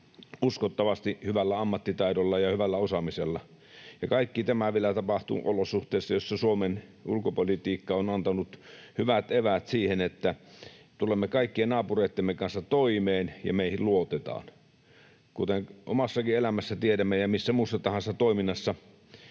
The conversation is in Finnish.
uskottavasti hyvällä ammattitaidolla ja hyvällä osaamisella, ja kaikki tämä vielä tapahtuu olosuhteissa, joissa Suomen ulkopolitiikka on antanut hyvät eväät siihen, että tulemme kaikkien naapureittemme kanssa toimeen ja meihin luotetaan. Kuten omastakin elämästämme tiedämme ja mistä tahansa muusta toiminnasta,